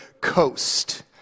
coast